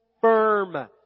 firm